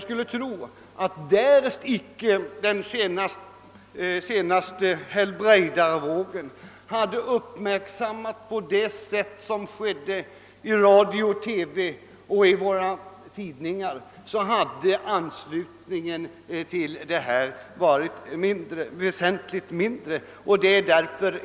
Därest icke den senaste helbrägdavågen hade uppmärksammats på det sätt som skedde i radio och TV och i tidningarna hade anslutningen sannolikt blivit väsentligt mindre.